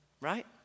right